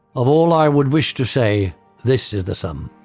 of all i would wish to say this is the sum.